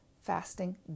fasting